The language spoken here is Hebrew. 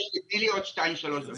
אני מבקש שתתני לי עוד 2-3 דקות.